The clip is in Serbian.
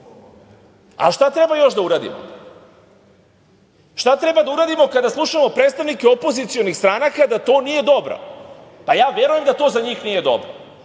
treba još da uradimo? Šta treba da uradimo kada slušamo predstavnike opozicionih stranaka da to nije dobro? Ja verujem da to za njih nije dobro.